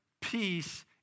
peace